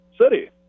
city